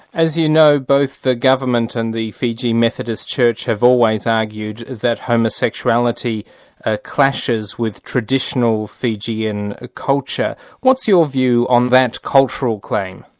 as you know, both the government and the fiji methodist church have always argued that homosexuality ah clashes with traditional fijian ah culture what's your view on that cultural claim?